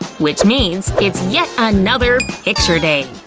which means it's yet another picture day!